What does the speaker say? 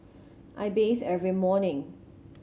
I bathe every morning